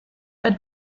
bei